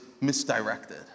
misdirected